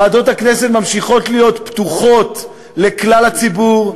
ועדות הכנסת ממשיכות להיות פתוחות לכלל הציבור,